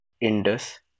Indus